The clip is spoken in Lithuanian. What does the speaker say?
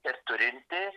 ir turinti